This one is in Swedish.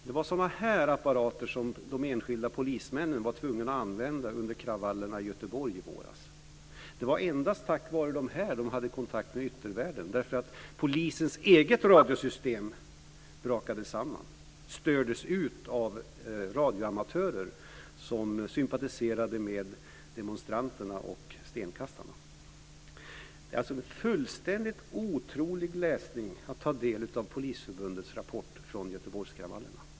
Det var sådana apparater som de enskilda polismännen var tvungna att använda under kravallerna i Göteborg i våras. Det var endast tack vare dem de hade kontakt med yttervärlden, därför att polisens eget radiosystem brakade samman och stördes av radioamatörer som sympatiserade med demonstranterna och stenkastarna. Polisförbundets rapport från Göteborgskravallerna är en fullständigt otrolig läsning.